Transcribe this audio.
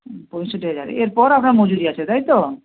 হু পঁইষট্টি হাজারে এরপর আপনার মজুরি আছে তাই তো